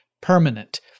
permanent